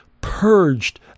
purged